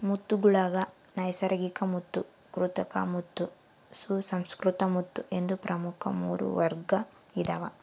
ಮುತ್ತುಗುಳಾಗ ನೈಸರ್ಗಿಕಮುತ್ತು ಕೃತಕಮುತ್ತು ಸುಸಂಸ್ಕೃತ ಮುತ್ತು ಎಂದು ಪ್ರಮುಖ ಮೂರು ವರ್ಗ ಇದಾವ